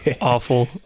awful